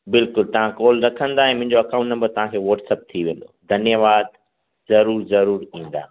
बिल्कुलु तव्हां कॉल रखंदा ऐं मुंहिंजो अकाऊंट नम्बर तव्हां खे वॉटसप थी वेंदो धन्यवाद ज़रूरु ज़रूरु ईंदा